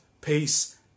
peace